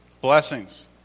Blessings